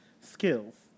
Skills